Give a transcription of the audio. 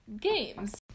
games